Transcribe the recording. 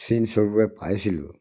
চিনস্বৰূপে পাইছিলোঁ